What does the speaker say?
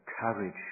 courage